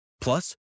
Plus